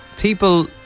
people